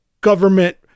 government